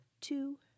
two